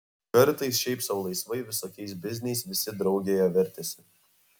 kartais šiaip sau laisvai visokiais bizniais visi draugėje vertėsi